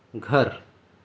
گھر